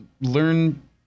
learn